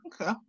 Okay